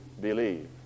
believe